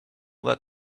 that